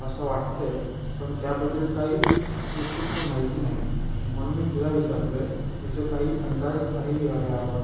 असं वाटतं आहे पण त्याबद्दल काही निश्चित्त माहिती नाही म्हणून मी तुला विचारतो आहे की तुझं काही अंदाज आहे या याबाबत